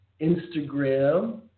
Instagram